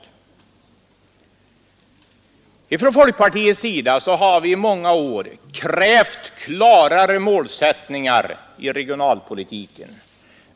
Vi har i folkpartiet i många år krävt klarare målsättningar i regionalpolitiken.